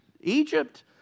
Egypt